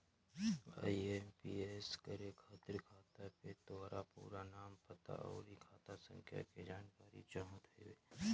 IMPS करे खातिर खाता पे तोहार पूरा नाम, पता, अउरी खाता संख्या के जानकारी चाहत हवे